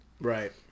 Right